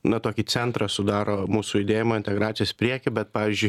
na tokį centrą sudaro mūsų judėjimo integracijos į priekį bet pavyzdžiui